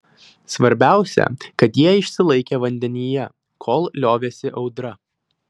svarbiausia kad jie išsilaikė vandenyje kol liovėsi audra